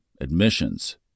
admissions